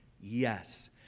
Yes